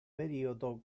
periodo